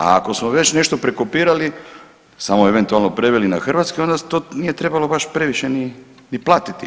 A ako smo već nešto prekopirali samo eventualno preveli na hrvatski onda to nije trebalo baš previše ni platiti.